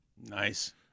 Nice